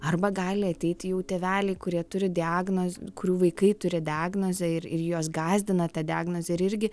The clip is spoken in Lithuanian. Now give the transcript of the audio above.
arba gali ateiti jau tėveliai kurie turi diagnoz kurių vaikai turi diagnozę ir ir juos gąsdina ta diagnozė ir irgi